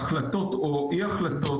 בריאותיות רבות להחלטה מה יקרה או לא יקרה